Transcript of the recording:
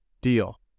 deal